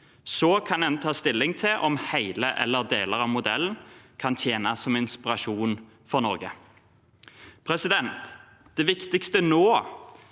kan en ta stilling til om hele eller deler av modellen kan tjene som inspirasjon for Norge. Det viktigste nå